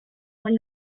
when